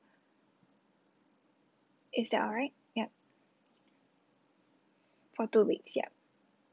is that alright yup for two weeks yup